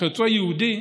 בחציו יהודי,